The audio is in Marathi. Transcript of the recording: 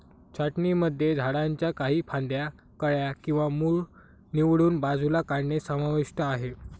छाटणीमध्ये झाडांच्या काही फांद्या, कळ्या किंवा मूळ निवडून बाजूला काढणे समाविष्ट आहे